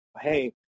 hey